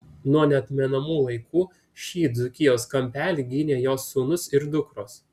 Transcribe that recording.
nuo neatmenamų laikų šį dzūkijos kampelį gynė jos sūnūs ir dukros